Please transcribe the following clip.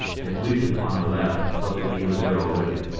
have leaped upon her lap, but that he was there already.